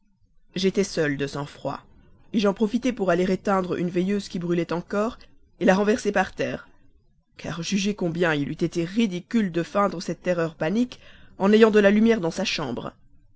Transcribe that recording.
j'étais seul de sang-froid j'en profitai pour aller éteindre une veilleuse qui brûlait encore la renverser par terre car vous jugez combien il eût été ridicule de feindre cette terreur panique en ayant de la lumière dans sa chambre